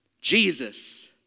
Jesus